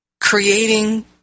creating